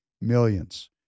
Millions